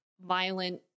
violent